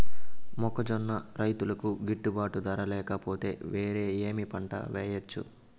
మొక్కజొన్న రైతుకు గిట్టుబాటు ధర లేక పోతే, వేరే ఏమి పంట వెయ్యొచ్చు?